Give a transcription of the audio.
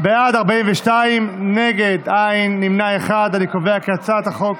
ההצעה להעביר את הצעת חוק